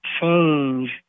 change